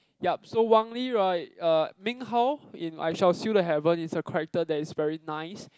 yup so Wang-Lee right uh Meng-Hao in I-shall-seal-the-heaven is a character that is very nice